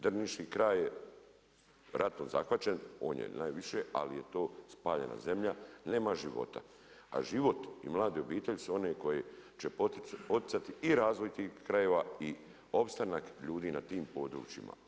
Drniški kraj ratom zahvaćen, on je najviše, ali je to spaljena zemlja, nema života, a život i mlade obitelji su one koje će poticati i razvoj tih krajeva i opstanak ljudi na tim područjima.